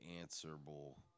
answerable